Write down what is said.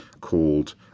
called